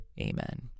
Amen